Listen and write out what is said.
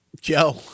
Joe